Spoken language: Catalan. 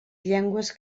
llengües